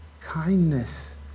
kindness